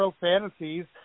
fantasies